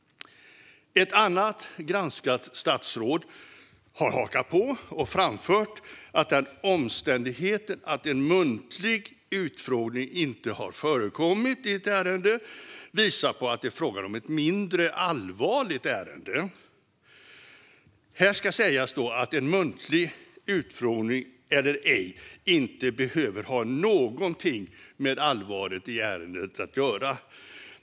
Ett annat granskat statsråd har hakat på och framfört att den omständigheten att en muntlig utfrågning inte har förekommit i ett ärende visar på att det är frågan om ett mindre allvarligt ärende. Här ska sägas att muntlig utfrågning eller ej inte behöver ha något med allvaret i ärendet att göra.